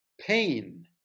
pain